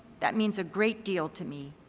that means a great deal to me.